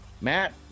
matt